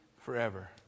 forever